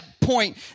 point